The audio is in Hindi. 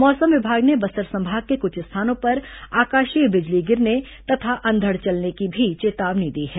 मौसम विभाग ने बस्तर संभाग के कुछ स्थानों पर आकाशीय बिजली गिरने तथा अंधड़ चलने की भी चेतावनी दी है